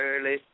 early